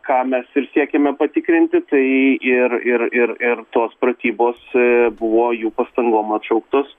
ką mes ir siekiame patikrinti tai ir ir ir ir tos pratybos buvo jų pastangom atšauktos